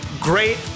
great